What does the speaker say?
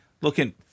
looking